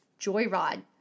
joyride